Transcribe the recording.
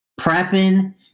prepping